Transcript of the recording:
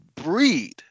Breed